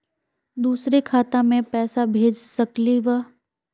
दुसरे खाता मैं पैसा भेज सकलीवह?